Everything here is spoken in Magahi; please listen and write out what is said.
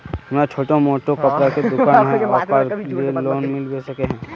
हमरा छोटो मोटा कपड़ा के दुकान है ओकरा लिए लोन मिलबे सके है?